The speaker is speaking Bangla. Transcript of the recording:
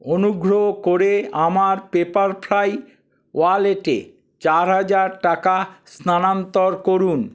অনুগ্রহ করে আমার পেপারফ্রাই ওয়ালেটে চার হাজার টাকা স্থানান্তর করুন